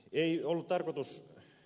ei ollut tarkoitus ed